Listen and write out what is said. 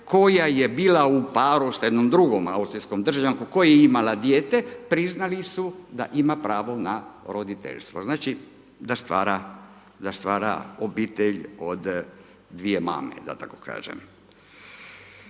koja je bila u paru sa jednom drugom Austrijskom državljankom koji je imala dijete, priznali su da ima pravo na roditeljstvo, znači, da stvara obitelj od dvije mame, da tako kažem.